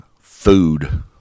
food